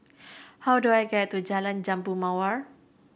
how do I get to Jalan Jambu Mawar